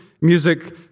music